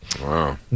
Wow